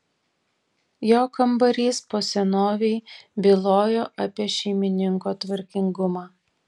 jo kambarys po senovei bylojo apie šeimininko tvarkingumą